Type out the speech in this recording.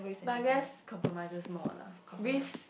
but yes compromises more lah risk